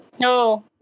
No